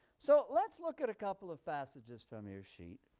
so let's look at a couple of passages from your sheet,